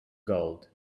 gold